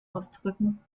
ausdrücken